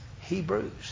Hebrews